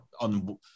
on